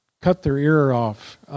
cut-their-ear-off